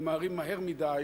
ממהרים מדי,